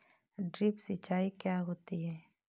Drip सिंचाई क्या होती हैं?